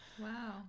Wow